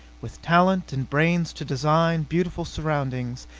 with talent and brains to design beautiful surroundings,